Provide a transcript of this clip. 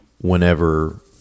whenever